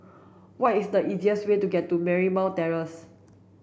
what is the easiest way to Marymount Terrace